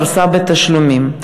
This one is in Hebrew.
פרסה לתשלומים.